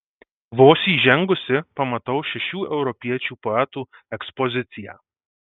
vos įžengusi pamatau šešių europiečių poetų ekspoziciją